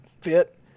fit